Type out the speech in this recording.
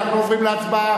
אנחנו עוברים להצבעה.